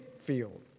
field